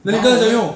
then 这样怎样用